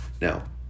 Now